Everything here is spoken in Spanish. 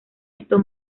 esto